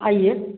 आइए